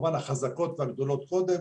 כמובן שהחזקות והגדולות קודם,